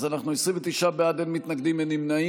אנחנו 29 בעד, אין מתנגדים, אין נמנעים.